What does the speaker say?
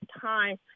time